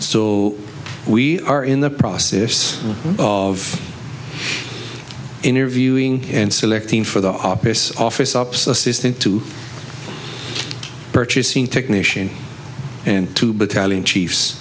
so we are in the process of interviewing and selecting for the obvious office ops assistant to purchasing technician and two battalion chiefs